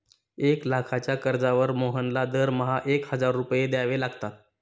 एक लाखाच्या कर्जावर मोहनला दरमहा एक हजार रुपये द्यावे लागतात